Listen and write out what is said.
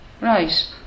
right